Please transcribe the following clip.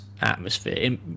atmosphere